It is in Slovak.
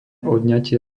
odňatie